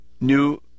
New